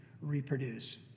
reproduce